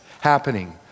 happening